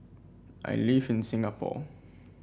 I live in Singapore